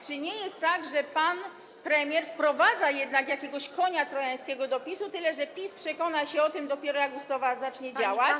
Czy nie jest tak, że pan premier wprowadza jednak jakiegoś konia trojańskiego do PiS-u, tyle że PiS przekona się o tym dopiero, kiedy ustawa zacznie działać?